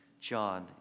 John